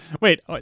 Wait